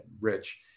rich